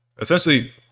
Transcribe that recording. Essentially